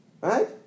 right